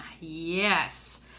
Yes